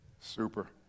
super